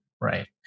Right